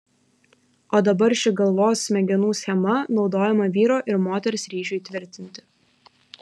o dabar ši galvos smegenų schema naudojama vyro ir moters ryšiui tvirtinti